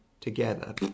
together